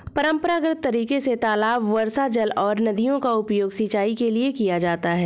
परम्परागत तरीके से तालाब, वर्षाजल और नदियों का उपयोग सिंचाई के लिए किया जाता है